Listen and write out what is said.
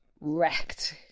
wrecked